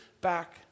back